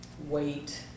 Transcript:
weight